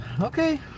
Okay